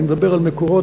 אני מדבר על "מקורות",